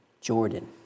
Jordan